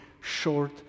short